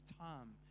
time